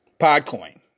PodCoin